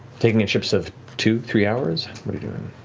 taking in shifts of two, three hours, what are you doing?